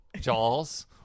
Jaws